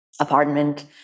apartment